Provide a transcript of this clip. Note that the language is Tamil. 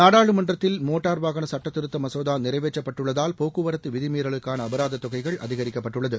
நாடாளுமன்றத்தில் மோட்டார் வாகன சட்டத்திருத்த மசோதா நிறைவேற்றப்பட்டுள்ளதால் போக்குவரத்து விதிமீறலுக்கான அபராத தொகை அதிகரிக்கப்பட்டுள்ளது